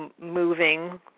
moving